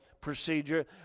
procedure